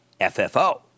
FFO